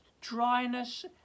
dryness